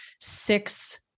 six